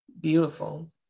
beautiful